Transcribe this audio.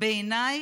בעיניי,